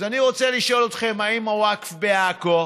האם הווקף בעכו,